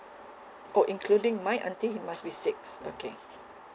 oh including my aunty must be six okay